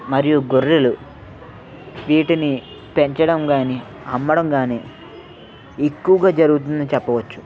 మరియు గొర్రెలు వీటిని పెంచడం కాని అమ్మడం కాని ఎక్కువగా జరుగుతుంది అని చెప్పవచ్చు